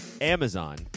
Amazon